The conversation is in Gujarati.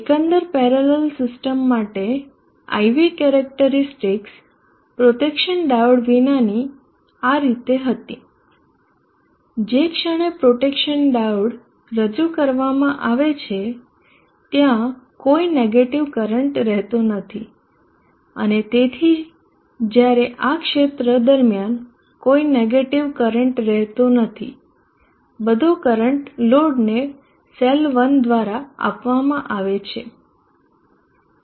એકંદર પેરેલલ સિસ્ટમ માટે IV કેરેક્ટરીસ્ટિકસ પ્રોટેક્શન ડાયોડ વિનાની આ રીતે હતી જે ક્ષણે પ્રોટેક્શન ડાયોડ રજૂ કરવામાં આવે છે ત્યાં કોઈ નેગેટીવ કરંટ રહેતો નથી અને તેથી જ્યારે આ ક્ષેત્ર દરમ્યાન કોઈ નેગેટીવ કરંટ રહેતો નથી બધો કરંટ લોડને સેલ1 દ્વારા આપવામાં આવે છે